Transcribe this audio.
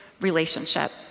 relationship